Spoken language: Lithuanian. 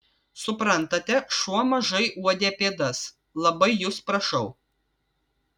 suprantate šuo mažai uodė pėdas labai jus prašau